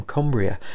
Cumbria